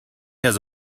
has